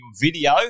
video